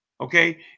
okay